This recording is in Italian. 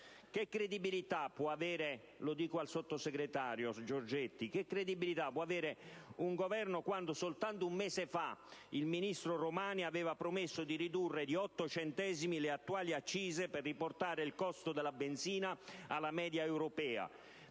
Giorgetti - un Governo quando soltanto un mese fa il ministro Romani aveva promesso di ridurre di 8 centesimi le attuali accise per riportare il costo della benzina alla media europea,